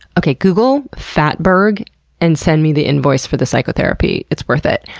okay, google fatberg and send me the invoice for the psychotherapy. it's worth it.